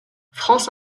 france